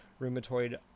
rheumatoid